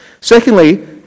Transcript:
Secondly